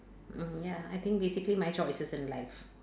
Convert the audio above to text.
mm ya I think basically my choices in life